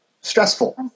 stressful